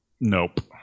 Nope